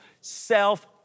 self